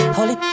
Holy